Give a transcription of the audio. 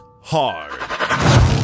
hard